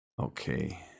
Okay